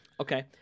Okay